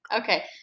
Okay